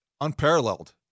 unparalleled